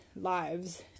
lives